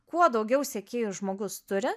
kuo daugiau sekėjų žmogus turi